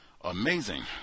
Amazing